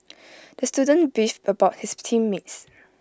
the student beefed about his team mates